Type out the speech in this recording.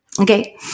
Okay